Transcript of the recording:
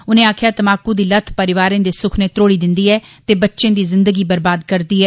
उने आक्खेआ तमाकू दी लत परिवारे दे सुखने त्रोड़ी दिंदी ऐ ते बच्चे दी जिंदगी बर्बाद करदी ऐ